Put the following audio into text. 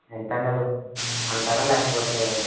ఎంతండి ఇమ్మంటార లేకపోతే